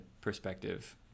perspective